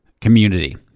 Community